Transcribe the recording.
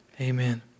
Amen